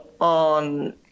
on